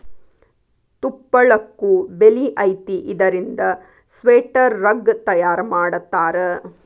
ತುಪ್ಪಳಕ್ಕು ಬೆಲಿ ಐತಿ ಇದರಿಂದ ಸ್ವೆಟರ್, ರಗ್ಗ ತಯಾರ ಮಾಡತಾರ